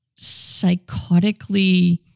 psychotically